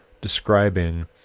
describing